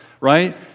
Right